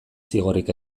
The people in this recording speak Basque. zigorrik